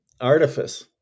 artifice